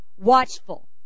Watchful